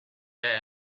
that